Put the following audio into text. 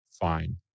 fine